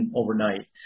overnight